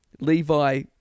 Levi